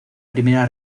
primera